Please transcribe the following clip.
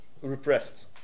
repressed